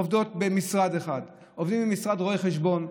עובדות במשרד אחד, במשרד רואה חשבון,